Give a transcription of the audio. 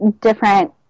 different